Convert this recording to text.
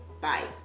Bye